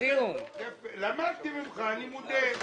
למדתי ממך, אני מודה.